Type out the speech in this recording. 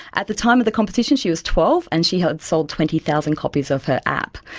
at the time of the competition she was twelve and she had sold twenty thousand copies of her app.